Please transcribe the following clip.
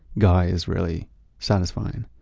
guy! is really satisfying.